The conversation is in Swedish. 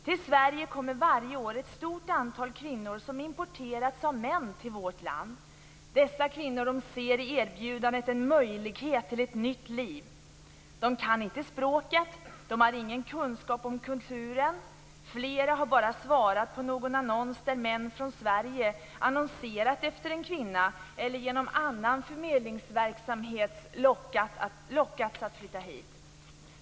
Till Sverige kommer varje år ett stort antal kvinnor som importerats av män till vårt land. Dessa kvinnor ser i erbjudandet en möjlighet till ett nytt liv. De kan inte språket, de har ingen kunskap om kulturen. Flera har bara svarat på någon annons, där män från Sverige annonserat efter en kvinna, eller genom annan förmedlingsverksamhet lockats att flytta hit.